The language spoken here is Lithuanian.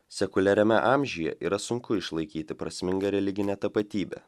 sekuliariame amžiuje yra sunku išlaikyti prasmingą religinę tapatybę